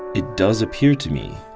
it does appear to me,